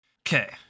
Okay